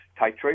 titration